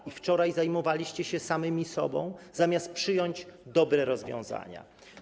I wczoraj zajmowaliście się samymi sobą, zamiast przyjąć dobre rozwiązania.